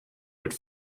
mit